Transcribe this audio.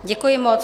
Děkuji moc.